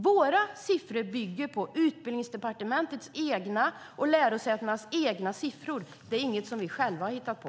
Våra siffror bygger på Utbildningsdepartementets och lärosätenas egna siffror. Det är inget som vi själva har hittat på.